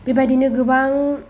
बेबादिनो गोबां